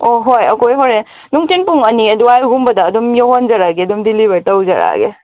ꯑꯣ ꯍꯣꯏ ꯑꯩꯈꯣꯏ ꯍꯣꯔꯦꯟ ꯅꯨꯡꯊꯤꯟ ꯄꯨꯡ ꯑꯅꯤ ꯑꯗꯨꯋꯥꯏꯒꯨꯝꯕꯗ ꯑꯗꯨꯝ ꯌꯧꯍꯟꯖꯔꯛꯑꯒꯦ ꯑꯗꯨꯝ ꯗꯦꯂꯤꯚꯔ ꯇꯧꯖꯔꯛꯑꯒꯦ